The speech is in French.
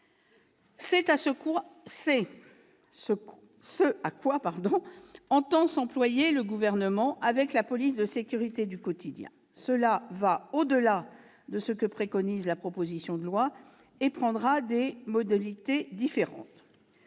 C'est ce à quoi entend s'employer le Gouvernement avec la police de sécurité du quotidien. Cela va au-delà de ce que préconise la proposition de loi et se décline en modalités différentes.